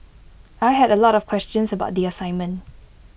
I had A lot of questions about the assignment